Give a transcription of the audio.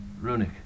runic